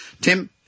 Tim